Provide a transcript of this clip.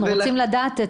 אנחנו רוצים לדעת.